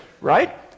Right